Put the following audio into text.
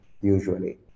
usually